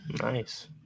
Nice